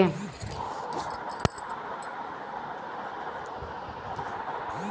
bank सबके एगो unique खाता नंबर देत हवे